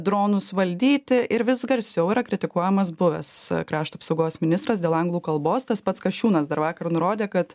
dronus valdyti ir vis garsiau yra kritikuojamas buvęs krašto apsaugos ministras dėl anglų kalbos tas pats kasčiūnas dar vakar nurodė kad